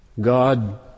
God